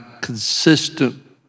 consistent